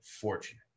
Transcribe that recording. fortunate